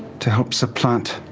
to help supplant